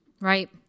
Right